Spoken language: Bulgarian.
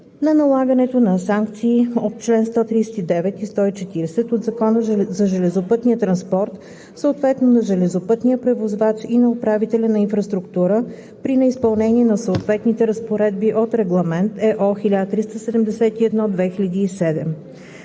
на налагането на санкции от чл. 139 и 140 от Закона за железопътния транспорт съответно на железопътния превозвач и на управителя на инфраструктура при неизпълнение на съответните разпоредби от Регламент (ЕО) 1371/2007.